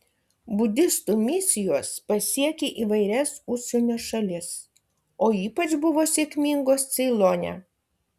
budistų misijos pasiekė įvairias užsienio šalis o ypač buvo sėkmingos ceilone